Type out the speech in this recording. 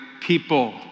people